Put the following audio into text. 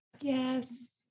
yes